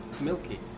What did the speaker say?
Milky